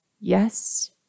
Yes